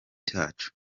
cyacu